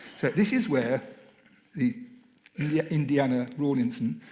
so this is where the yeah indiana rawlinson